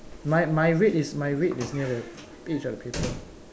my my red is my red is near the edge of the paper